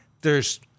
there's-